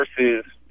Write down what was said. versus